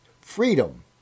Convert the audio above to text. freedom